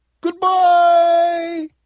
Goodbye